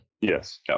Yes